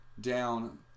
down